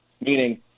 meaning –